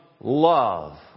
love